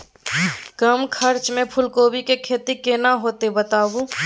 कम खर्चा में फूलकोबी के खेती केना होते बताबू?